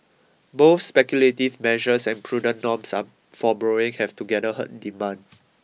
both speculative measures and prudent norms are for borrowing have together hurt demand